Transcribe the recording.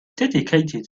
dedicated